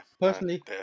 Personally